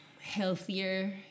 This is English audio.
healthier